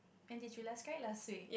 when did you last cry last week